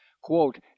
Quote